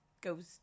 goes